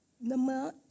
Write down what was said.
Nama